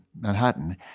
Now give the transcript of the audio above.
Manhattan